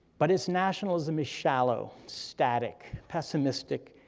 but its nationalism is shallow, static, pessimistic,